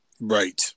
Right